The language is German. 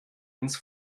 ins